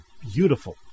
beautiful